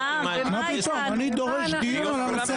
אני דורש דיון על הנושא